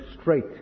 straight